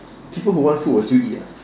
people who want food will still eat [what]